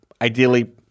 ideally